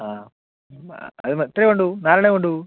ആ അത് ഇത്രയേ വേണ്ടൂ നാലെണ്ണമേ വേണ്ടൂ